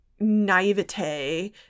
naivete